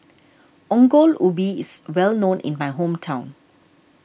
Ongol Ubi is well known in my hometown